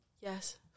Yes